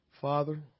Father